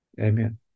amen